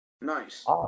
Nice